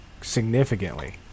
significantly